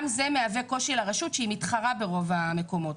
זה מהווה קושי לרשות שמתחרה ברוב המקומות,